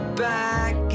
back